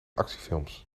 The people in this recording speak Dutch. actiefilms